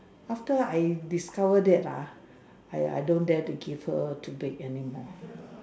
after I discovered that ah I I don't dare to give her to bake anymore